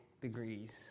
degrees